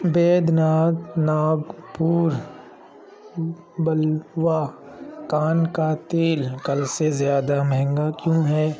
بیدناتھ ناگپور بلوا کان کا تیل کل سے زیادہ مہنگا کیوں ہے